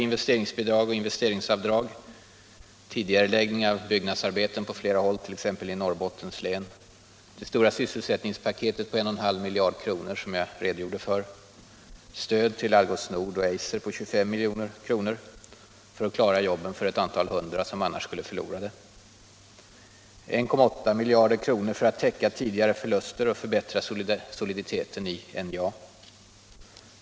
Det stora sysselsättningspaketet på en och en halv miljard kronor, som jag redogjort för. Stöd till Algots Nord och Eiser på 25 milj.kr. för att klara jobben åt 100 människor som annars skulle förlora dem. 1,8 miljarder kronor för att täcka tidigare förluster och förbättra soliditeten i NJA.